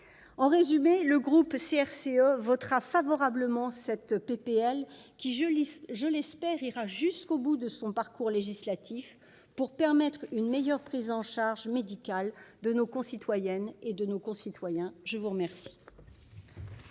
En résumé, le groupe CRCE se prononcera favorablement sur cette proposition de loi, qui, je l'espère, ira jusqu'au bout de son parcours législatif pour permettre une meilleure prise en charge médicale de nos concitoyennes et de nos concitoyens. La parole